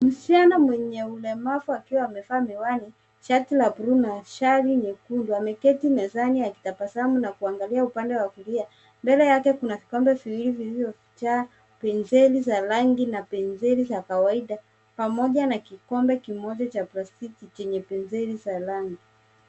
Msichana mwenye ulemavu akiwa amevaa miwani, shati la blue na shali nyekundu. Ameketi mezani akitabasamu na kuangalia upande wa kulia. Mbele yake kuna vikombe viwili vilivyojaa penseli za rangi na penseli za kawaida pamoja na kikombe kimoja cha plastiki chenye penseli za rangi.